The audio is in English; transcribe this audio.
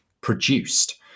produced